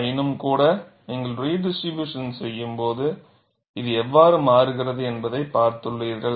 ஆயினும்கூட நீங்கள் ரிடிஸ்ட்ரிபியூஷன் செய்யும்போது இது எவ்வாறு மாறுகிறது என்பதை பார்த்துள்ளீர்கள்